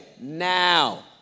Now